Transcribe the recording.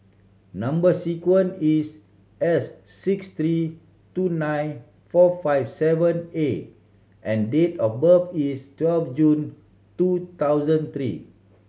number sequence is S six three two nine four five seven A and date of birth is twelve June two thousand three